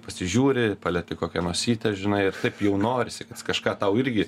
pasižiūri palieti kokią nosytę žinai ir taip jau norisi kad kažką tau irgi